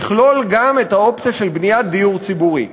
לכלול גם את האופציה של בניית דיור ציבורי.